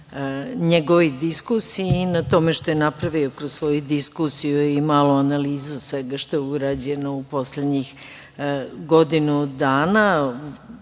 njegovoj diskusiji i na tome što je napravio kroz svoju diskusiju i malu analizu svega što je urađeno u poslednjih godinu dana